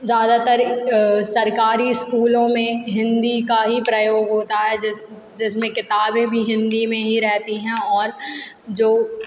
ज़्यादातर सरकारी स्कूलों में हिंदी का ही प्रयोग होता है जिस जिसमें किताबें भी हिंदी में ही रहती हैं और जो